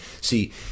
See